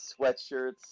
sweatshirts